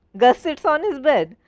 gus sits on his bed.